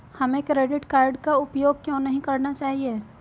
हमें credit card का उपयोग क्यों नहीं करना चाहिए?